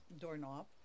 doorknob